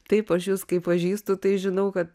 taip aš jus kai pažįstu tai žinau kad